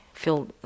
feel